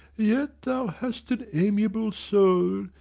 yet thou hast an amiable soul,